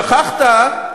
שכחת,